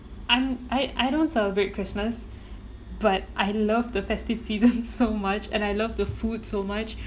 I'm I I don't celebrate christmas but I love the festive season so much and I love the food so much